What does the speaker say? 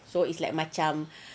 so it's like macam